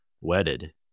wedded